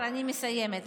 אני מסיימת.